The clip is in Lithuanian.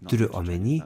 turiu omeny